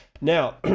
Now